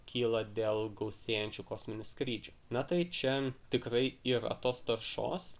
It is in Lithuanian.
kyla dėl gausėjančių kosminių skrydžių na tai čia tikrai yra tos taršos